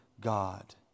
God